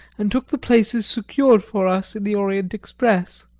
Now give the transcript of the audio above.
and took the places secured for us in the orient express.